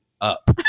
up